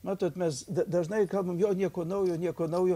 matot mes dažnai kalbam jo nieko naujo nieko naujo